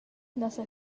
nossa